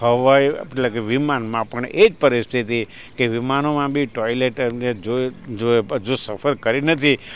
હવાઈ એટલે કે વિમાનમાં પણ એ જ પરિસ્થિતિ કે વિમાનોમાં બી ટોઈલેટને બી જોઈ જો સફર કરી નથી